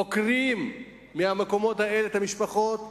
עוקרים מהמקומות האלה את המשפחות,